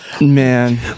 Man